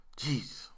Jeez